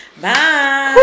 Bye